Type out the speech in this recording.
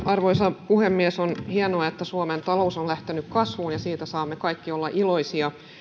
arvoisa puhemies on hienoa että suomen talous on lähtenyt kasvuun siitä saamme kaikki olla iloisia